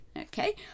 okay